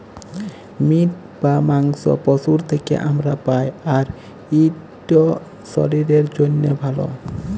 meet বা মাংস পশুর থ্যাকে আমরা পাই, আর ইট শরীরের জ্যনহে ভাল